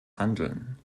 handeln